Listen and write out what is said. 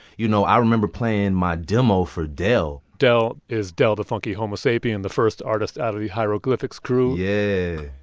you know, i remember playing my demo for del del is del the funky homosapien, the first artist out of the hieroglyphics crew yeah.